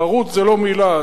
פרוץ זה לא מלה,